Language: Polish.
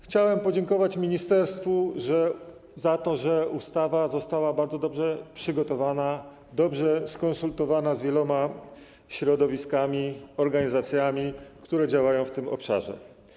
Chciałem podziękować ministerstwu za to, że ustawa została bardzo dobrze przygotowana, dobrze skonsultowana z wieloma środowiskami, organizacjami, które działają w tym obszarze.